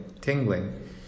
tingling